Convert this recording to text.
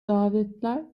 davetler